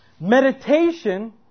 Meditation